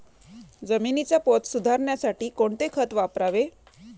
जमिनीचा पोत सुधारण्यासाठी कोणते खत वापरावे?